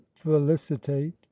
felicitate